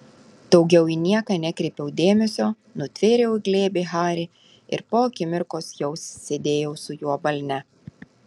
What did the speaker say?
daugiau į nieką nekreipiau dėmesio nutvėriau į glėbį harį ir po akimirkos jau sėdėjau su juo balne